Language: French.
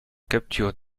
capture